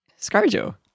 ScarJo